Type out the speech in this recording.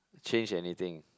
change anything